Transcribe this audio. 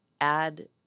add